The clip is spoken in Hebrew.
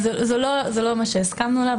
זה לא מה שהסכמנו עליו,